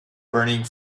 burning